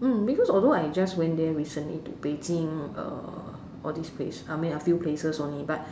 mm because although I just went there recently to Beijing uh all these place I mean a few places only but